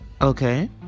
Okay